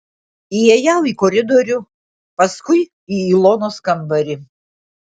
įėjau į koridorių paskui į ilonos kambarį